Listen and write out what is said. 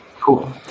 cool